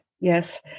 Yes